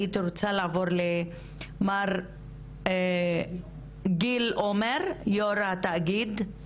הייתי רוצה לעבור למר גיל עומר, יו"ר התאגיד.